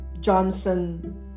Johnson